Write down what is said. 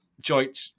joint